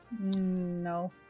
No